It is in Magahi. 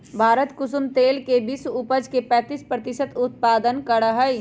भारत कुसुम तेल के विश्व उपज के पैंतीस प्रतिशत उत्पादन करा हई